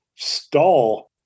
stall